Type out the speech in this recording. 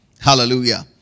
Hallelujah